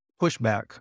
pushback